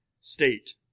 state